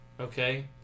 okay